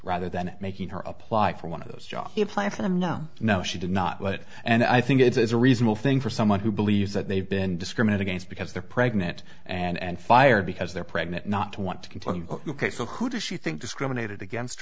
rather than making her apply for one of those jobs platinum no no she did not but and i think it's a reasonable thing for someone who believes that they've been discriminated against because they're pregnant and fired because they're pregnant not to want to comply ok so who does she think discriminated against